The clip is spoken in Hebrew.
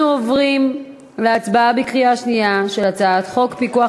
אנחנו עוברים להצבעה בקריאה שנייה על הצעת חוק פיקוח